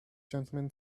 gentlemen